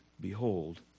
Behold